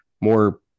more